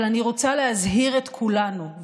אבל אני רוצה להזהיר את כולנו,